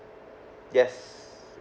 yes